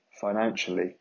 financially